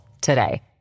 today